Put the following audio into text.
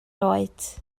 oed